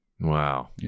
wow